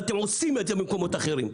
ואתם עושים את זה במקומות אחרים.